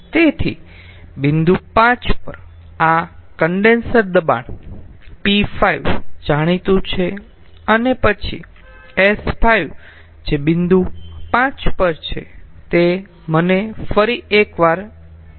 તેથી બિંદુ 5 પર આ કન્ડેન્સર દબાણ p5 જાણીતું છે અને પછી s5 જે બિંદુ 5 પર છે તે મને ફરી એક વાર જોવા દો